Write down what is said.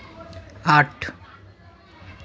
আট